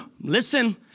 listen